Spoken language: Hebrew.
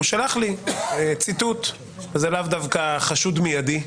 הוא שלח לי ציטוט, וזה לאו דווקא החשוד המיידי,